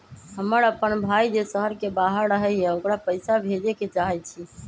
हमर अपन भाई जे शहर के बाहर रहई अ ओकरा पइसा भेजे के चाहई छी